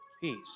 peace